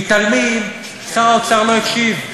מועכים, מתעלמים, שר האוצר לא הקשיב.